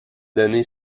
donné